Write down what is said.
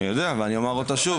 אני יודע ואני אומר אותה שוב.